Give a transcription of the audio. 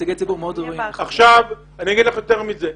אני אגיד לך יותר מזה.